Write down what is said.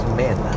men